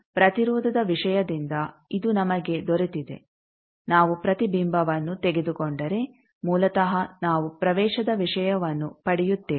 ಆದ್ದರಿಂದ ಪ್ರತಿರೋಧದ ವಿಷಯದಿಂದ ಇದು ನಮಗೆ ದೊರೆತಿದೆ ನಾವು ಪ್ರತಿಬಿಂಬವನ್ನು ತೆಗೆದುಕೊಂಡರೆ ಮೂಲತಃ ನಾವು ಪ್ರವೇಶದ ವಿಷಯವನ್ನು ಪಡೆಯುತ್ತೇವೆ